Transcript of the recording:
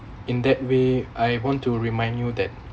in that way I want to remind you that